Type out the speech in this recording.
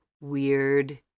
weird